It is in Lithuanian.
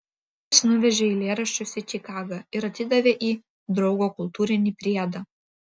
jis nuvežė eilėraščius į čikagą ir atidavė į draugo kultūrinį priedą